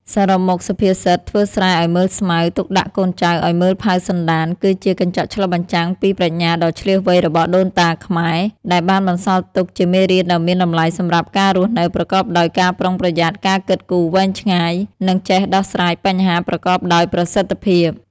សរុបមក សុភាសិត ធ្វើស្រែឲ្យមើលស្មៅ ទុកដាក់កូនចៅឲ្យមើលផៅសន្តាន គឺជាកញ្ចក់ឆ្លុះបញ្ចាំងពីប្រាជ្ញាដ៏ឈ្លាសវៃរបស់ដូនតាខ្មែរ ដែលបានបន្សល់ទុកជាមេរៀនដ៏មានតម្លៃសម្រាប់ការរស់នៅប្រកបដោយការប្រុងប្រយ័ត្ន ការគិតគូរវែងឆ្ងាយ និងចេះដោះស្រាយបញ្ហាប្រកបដោយប្រសិទ្ធភាព។